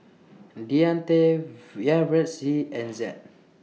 Deante We Yaretzi and Zed